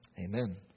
Amen